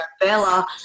Bella